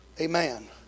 Amen